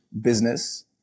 business